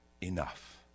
Enough